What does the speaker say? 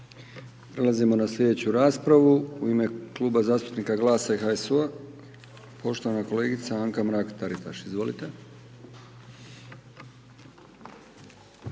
Prelazimo na slijedeću raspravu, u ime kluba zastupnika SDSS-a, poštovani kolega Boris Milošević, izvolite.